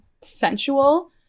sensual